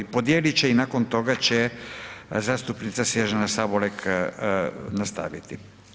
Podijelit će i nakon toga će zastupnica Snježana Sabolek nastaviti.